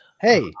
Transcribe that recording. Hey